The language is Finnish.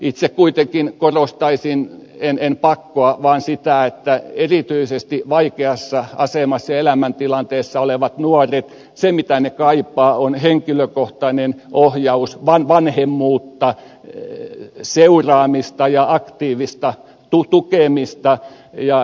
itse kuitenkin korostaisin en pakkoa vaan sitä että erityisesti vaikeassa asemassa ja elämäntilanteessa olevat vuodet se mitä ne kaipaa nuoret kaipaavat henkilökohtaista ohjausta vanhemmuutta seuraamista ja aktiivista tukemista